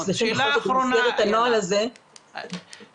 מצליחים במסגרת הנוהל הזה --- אני אתן לה הזדמנות.